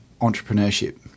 entrepreneurship